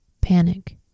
panic